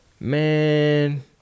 man